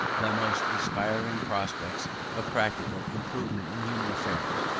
the most inspiring prospects of practical improvement in human affairs.